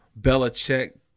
Belichick